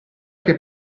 che